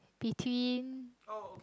between